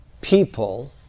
people